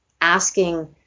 asking